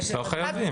זה שורה, זה לא מוקד.